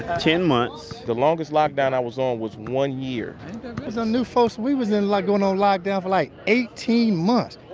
ten months. the longest lockdown i was on was one year. cause i knew folks we was in like going on lockdown for like eighteen months.